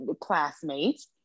Classmates